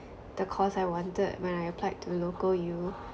the course I wanted when I applied to the local U